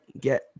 get